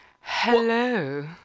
Hello